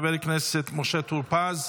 חבר הכנסת משה טור פז,